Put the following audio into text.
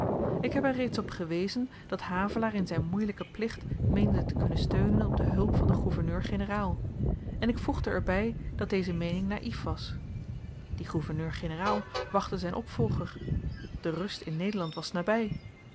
ik heb er reeds op gewezen dat havelaar in zyn moeielyken plicht meende te kunnen steunen op de hulp van den gouverneur-generaal en ik voegde er by dat deze meening naïef was die gouverneur-generaal wachtte zyn opvolger de rust in nederland was naby